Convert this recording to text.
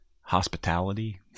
hospitality